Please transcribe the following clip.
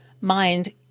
mind